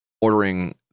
ordering